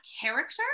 character